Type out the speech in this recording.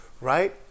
right